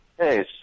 Hey